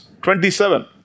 27